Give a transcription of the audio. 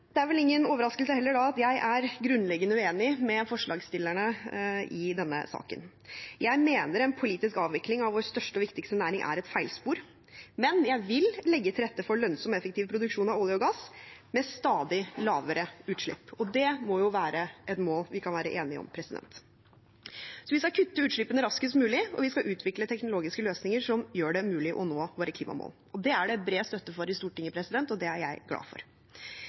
Det er vel heller ingen overraskelse da at jeg er grunnleggende uenig med forslagsstillerne i denne saken. Jeg mener en politisk avvikling av vår største og viktigste næring er et feilspor, men jeg vil legge til rette for lønnsom og effektiv produksjon av olje og gass med stadig lavere utslipp. Det må være et mål vi kan være enige om. Vi skal kutte utslippene raskest mulig, og vi skal utvikle teknologiske løsninger som gjør det mulig å nå våre klimamål. Det er det bred støtte for i Stortinget, og det er jeg glad for.